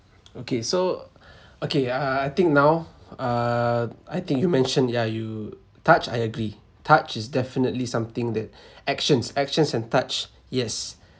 okay so okay I I I think now uh I think you mentioned yeah you touch I agree touch is definitely something that actions actions and touch yes